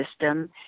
system